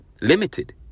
limited